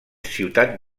ciutat